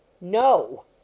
No